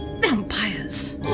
Vampires